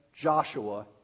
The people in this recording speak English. Joshua